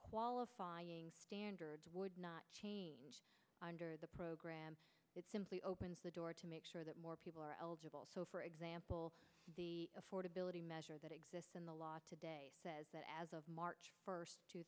qualifying standards would not change under the program it simply opens the door to make sure that more people are eligible so for example the affordability measure that exists in the law today says that as of march first two